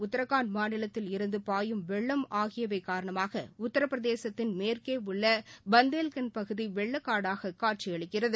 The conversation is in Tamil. உத்தரகாண்ட் மாநிலத்தில் இருந்து பாயும் வெள்ளம் ஆகியவை காரணமாக உத்தரப்பிரதேசத்தின் மேற்கே உள்ள பண்டேல்கண்ட் பகுதி வெள்ளக்காடாக காட்சியளிக்கிறது